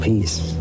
peace